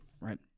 right